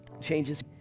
Changes